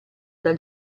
dal